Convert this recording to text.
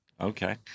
Okay